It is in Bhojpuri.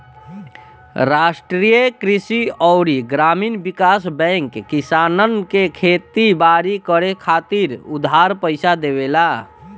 राष्ट्रीय कृषि अउरी ग्रामीण विकास बैंक किसानन के खेती बारी करे खातिर उधार पईसा देवेला